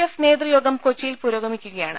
F നേതൃയോഗം ്കൊച്ചിയിൽ പുരോഗമിക്കുക യാണ്